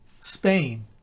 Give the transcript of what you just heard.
Spain